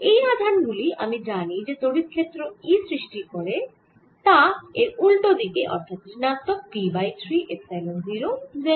এই আধান গুলি আমি জানি যে তড়িৎ ক্ষেত্র E সৃষ্টি করে তা এর উল্টো দিকে অর্থাৎ ঋণাত্মক P বাই 3 এপসাইলন 0 z